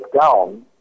down